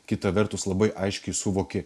kita vertus labai aiškiai suvoki